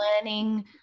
Learning